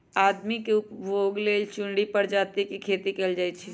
आदमी के उपभोग लेल चुनल परजाती के खेती कएल जाई छई